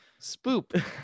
Spoop